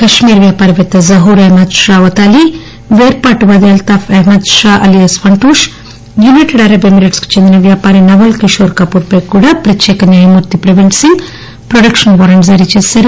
కశ్మీర్ వ్యాపారపేత్త జహూర్ అహ్మద్ షా వత్తాలి పేర్పాటువాది Altaf Ahmad Shah alias Funtoosh United Arab Emirate కు చెందిన వ్యాపారి నావల్ కిషోర్ కపూర్ ప్ప కూడా ప్రత్యేక న్యాయమూర్తి ప్రవీణ్ సింగ్ ప్రొడక్షన్ వారెంట్ జారీ చేశారు